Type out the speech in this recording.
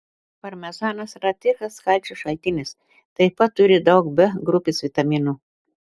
parmezanas yra tikras kalcio šaltinis taip pat turi daug b grupės vitaminų